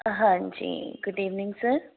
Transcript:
ਹਾਂਜੀ good evening sir